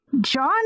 john